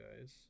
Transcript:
guys